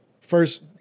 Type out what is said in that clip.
First